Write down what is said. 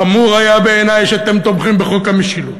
חמור היה בעיני שאתם תומכים בחוק המשילות